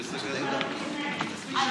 הלוואי.